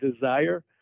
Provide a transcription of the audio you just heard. desire